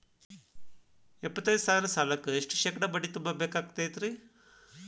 ಎಪ್ಪತ್ತೈದು ಸಾವಿರ ಸಾಲಕ್ಕ ಎಷ್ಟ ಶೇಕಡಾ ಬಡ್ಡಿ ತುಂಬ ಬೇಕಾಕ್ತೈತ್ರಿ?